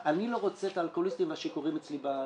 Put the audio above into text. אני לא רוצה את האלכוהוליסטים והשיכורים אצלי בלשכה.